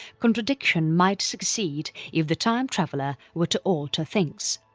contradiction might succeed if the time traveller were to alter things.